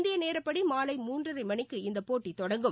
இந்தியநேரப்படிமாலை மூன்றரைமணிக்கு இந்தப் போட்டிதொடங்கும்